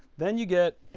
then you get